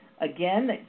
again